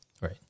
Right